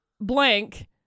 blank